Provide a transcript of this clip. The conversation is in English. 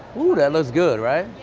oh, that looks good, right?